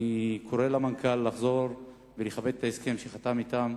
אני קורא למנכ"ל לחזור ולכבד את ההסכם שחתם אתם,